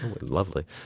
Lovely